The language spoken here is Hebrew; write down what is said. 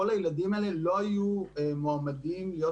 כל הילדים האלה לא היו מועמדים להיות